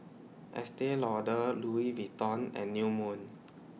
Estee Lauder Louis Vuitton and New Moon